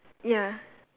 ya